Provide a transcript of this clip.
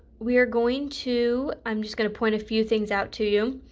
we are going to. i am just going to point a few things out to you.